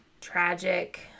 tragic